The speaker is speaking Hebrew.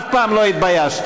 אף פעם לא התביישתי.